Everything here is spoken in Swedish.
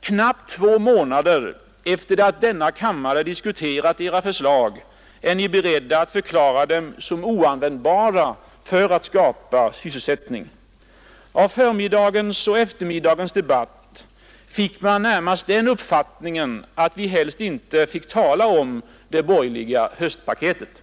knappt två månader efter det att denna kammare diskuterat era förslag är ni beredda att förklara dem som oanvändbara för att skapa sysselsättning. Av förmiddagens och eftermiddagens debatt fick man närmast den uppfattningen att vi helst inte skulle tala om det borgerliga höstpaketet.